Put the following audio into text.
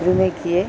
রুমে গিয়ে